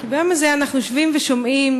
כי ביום הזה אנחנו יושבים ושומעים